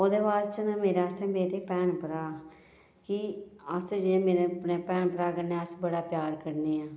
ओह्दे बाद च न मेरे आस्तै मेरे भैन भ्राऽ कि अस जे जे मेरे अपने भैन भ्राऽ कन्नै अस बड़ा प्यार करने आं